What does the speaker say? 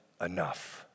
enough